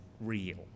real